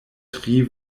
tri